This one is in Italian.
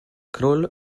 crawl